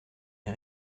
est